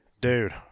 Dude